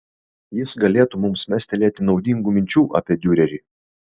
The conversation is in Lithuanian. jis galėtų mums mestelėti naudingų minčių apie diurerį